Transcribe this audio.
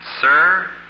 Sir